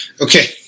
Okay